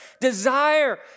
desire